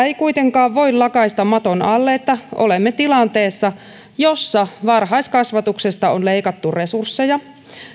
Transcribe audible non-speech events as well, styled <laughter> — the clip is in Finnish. <unintelligible> ei kuitenkaan voi lakaista maton alle että olemme tilanteessa jossa varhaiskasvatuksesta on leikattu resursseja